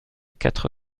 quatre